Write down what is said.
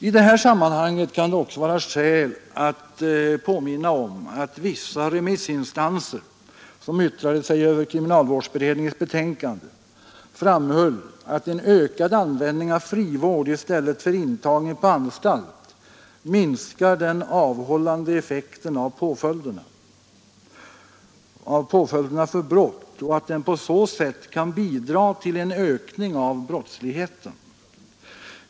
I det här sammanhanget kan det också vara skäl att påminna om att vissa remissinstanser, som yttrade sig över kriminalvårdsberedningens betänkande, framhöll att en ökad användning av frivård i stället för intagning på anstalt minskar den avhållande effekten av påföljderna för brott och att den på så sätt kan bidra till en ökning av brottsligheten.